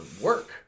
work